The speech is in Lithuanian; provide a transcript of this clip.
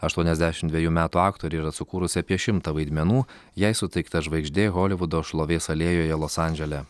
aštuoniasdešimt dvejų metų aktorė yra sukūrusi apie šimtą vaidmenų jai suteikta žvaigždė holivudo šlovės alėjoje los andžele